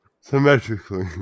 symmetrically